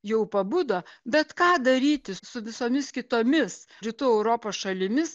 jau pabudo bet ką daryti su visomis kitomis rytų europos šalimis